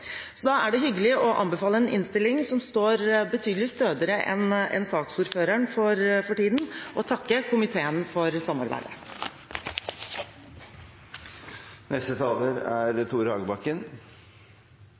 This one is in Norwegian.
Da er det hyggelig å anbefale en innstilling som står betydelig stødigere enn saksordføreren for tiden, og å takke komiteen for samarbeidet. Litt i solidaritet med saksordføreren: Jeg vet ikke hvor stødig jeg er,